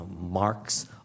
marks